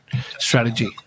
strategy